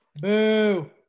Boo